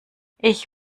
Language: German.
ich